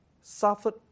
suffered